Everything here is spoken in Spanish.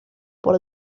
por